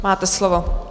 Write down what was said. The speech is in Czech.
Máte slovo.